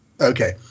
Okay